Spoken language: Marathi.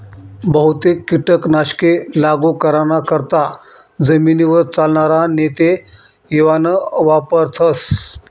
बहुतेक कीटक नाशके लागू कराना करता जमीनवर चालनार नेते इवान वापरथस